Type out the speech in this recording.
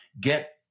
get